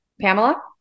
Pamela